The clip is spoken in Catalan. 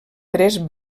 tres